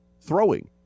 throwing